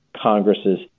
Congress's